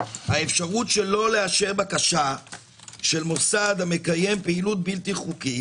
האפשרות שלא לאשר בקשה של מוסד המקיים פעילות בלתי חוקית